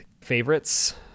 favorites